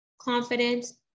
confidence